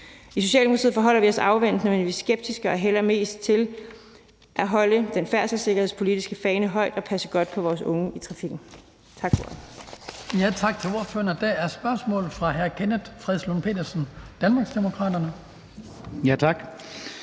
I Socialdemokratiet forholder vi os afventende, men vi er skeptiske og hælder mest til at holde den færdselsikkerhedspolitiske fane højt og passe godt på vores unge i trafikken. Tak for ordet. Kl. 18:55 Den fg. formand (Hans Kristian Skibby): Tak til